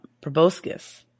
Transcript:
proboscis